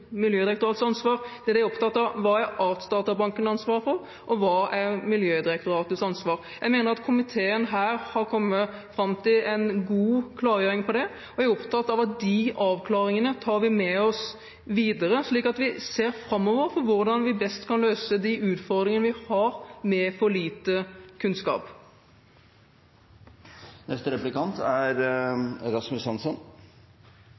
Miljødirektoratets ansvar. Det er dette jeg er opptatt av: Hva har Artsdatabanken ansvar for, og hva er Miljødirektoratets ansvar? Jeg mener at komiteen her har kommet fram til en god klargjøring av det. Jeg er opptatt av at vi tar med oss de avklaringene videre, at vi ser framover med hensyn til hvordan vi best kan løse de utfordringene vi har med det å ha for lite kunnskap.